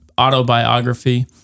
autobiography